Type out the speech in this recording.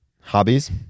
hobbies